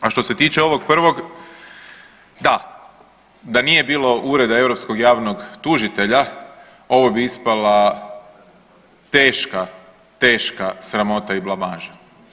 A što se tiče ovog prvog, da da nije bilo Ureda europskog javnog tužitelja, ovo bi ispala teška, teška sramota i blamaža.